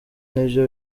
nibyo